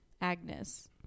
Agnes